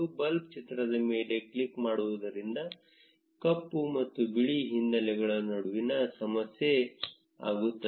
bulb ಚಿತ್ರದ ಮೇಲೆ click ಮಾಡುವುದರಿಂದ ಕಪ್ಪು ಮತ್ತು ಬಿಳಿ ಹಿನ್ನೆಲೆಗಳ ನಡುವೆ ಸಮಸ್ಯೆ ಆಗುತ್ತದೆ